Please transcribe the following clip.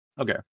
Okay